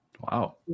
wow